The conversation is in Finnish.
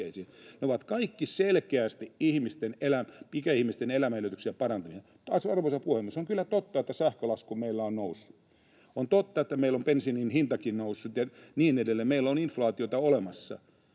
Ne ovat kaikki selkeästi ikäihmisten elämänedellytyksiä parantavia. Arvoisa puhemies! On kyllä totta, että sähkölasku meillä on noussut. On totta, että meillä on bensiininkin hinta noussut ja niin edelleen. Meillä on inflaatiota olemassa.